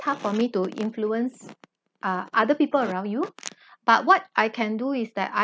tough for me to influence uh other people around you but what I can do is that I